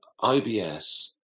IBS